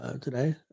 Today